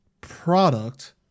product